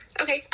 Okay